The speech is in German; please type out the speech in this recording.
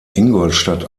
ingolstadt